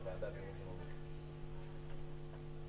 2),